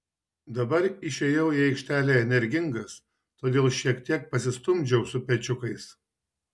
dabar išėjau į aikštelę energingas todėl šiek tiek pasistumdžiau su pečiukais